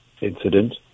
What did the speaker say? incident